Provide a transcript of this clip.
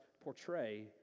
portray